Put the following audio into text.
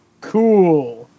Cool